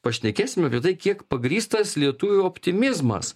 pašnekėsim apie tai kiek pagrįstas lietuvių optimizmas